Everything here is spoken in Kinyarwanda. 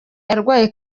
arwaye